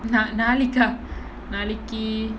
நா நாளைக்கா நாளைக்கி:naa naalaikaa naalaiki